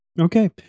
Okay